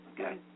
okay